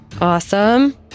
Awesome